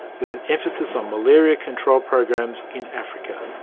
with an emphasis on malaria control programs in africa.